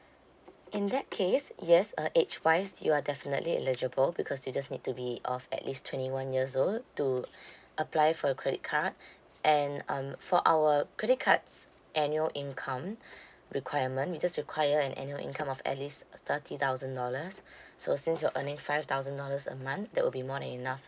in that case yes uh age wise you are definitely eligible because you just need to be of at least twenty one years old to apply for a credit card and um for our credit card's annual income requirement we just require an annual income of at least thirty thousand dollars so since you're earning five thousand dollars a month that will be more than enough